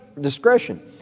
Discretion